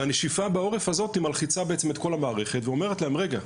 והנשיפה הזו בעורף מלחיצה את כל המערכת ואומרת להם "רגע,